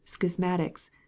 schismatics